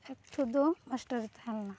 ᱮᱠᱴᱩᱫᱚ ᱢᱟᱥᱴᱟᱨᱮ ᱛᱟᱦᱮᱸᱞᱮᱱᱟ